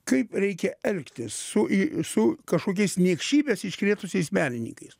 kaip reikia elgtis su i su kažkokiais niekšybes iškrėtusiais meninykais